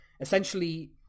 Essentially